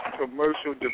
commercial